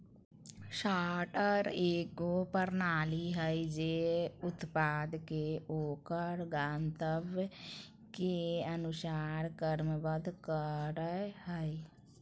sorter एगो प्रणाली हइ जे उत्पाद के ओकर गंतव्य के अनुसार क्रमबद्ध करय हइ